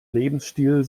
lebensstil